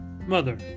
mother